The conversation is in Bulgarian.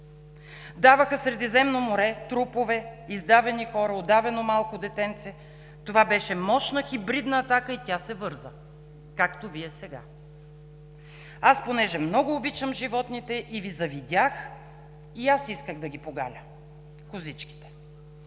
Даваха Средиземно море, трупове, издавени хора, удавено малко детенце. Това беше мощна хибридна атака и тя се върза, както Вие сега. Аз понеже много обичам животните и Ви завидях, и аз исках да ги погаля козичките.“